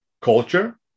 culture